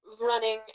running